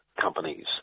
companies